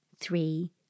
three